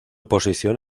posición